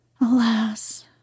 Alas